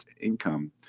income